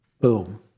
boom